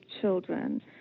children